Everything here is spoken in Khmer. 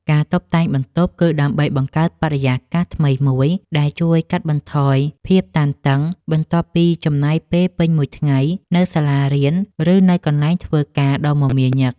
ការតុបតែងបន្ទប់ គឺដើម្បីបង្កើតបរិយាកាសថ្មីមួយដែលជួយកាត់បន្ថយភាពតានតឹង បន្ទាប់ពីចំណាយពេលពេញមួយថ្ងៃនៅសាលារៀន ឬនៅកន្លែងធ្វើការដ៏មមាញឹក។